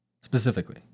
Specifically